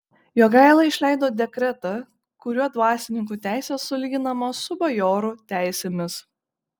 jogaila išleido dekretą kuriuo dvasininkų teisės sulyginamos su bajorų teisėmis